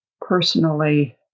personally